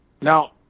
Now